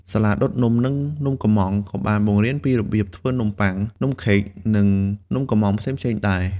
សាលាដុតនំ និងនំកម្មង់ ក៏បានបង្រៀនពីរបៀបធ្វើនំបុ័ង នំខេក និងនំកុម្មង់ផ្សេងៗដែរ។